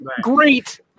great